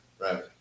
right